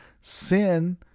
sin